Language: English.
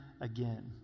again